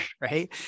right